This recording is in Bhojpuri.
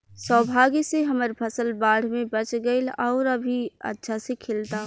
सौभाग्य से हमर फसल बाढ़ में बच गइल आउर अभी अच्छा से खिलता